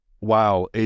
wow